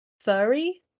furry